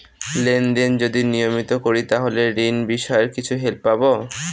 Lane দেন যদি নিয়মিত করি তাহলে ঋণ বিষয়ে কিছু হেল্প পাবো?